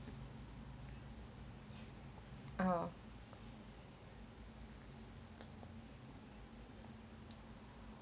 oh